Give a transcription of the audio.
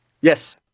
Yes